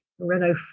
Renault